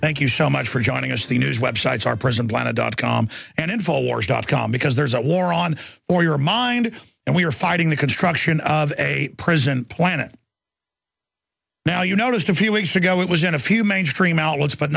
thank you so much for joining us the news websites are present planet dot com and infowars dot com because there's a war on for your mind and we are fighting the construction of a prison planet now you know just a few weeks ago it was in a few mainstream outlets but